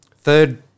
third